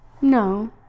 No